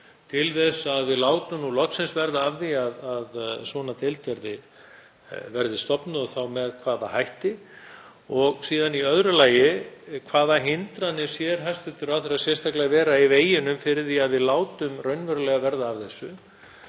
til þess að við látum nú loksins verða af því að svona deild verði stofnuð og þá með hvaða hætti? Og í öðru lagi: Hvaða hindranir sér hæstv. ráðherra sérstaklega í veginum fyrir því að við látum raunverulega verða af þessu?